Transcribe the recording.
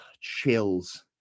chills